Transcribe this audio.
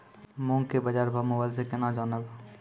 मूंग के बाजार भाव मोबाइल से के ना जान ब?